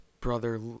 brother